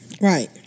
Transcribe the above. Right